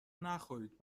نخورید